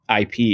IP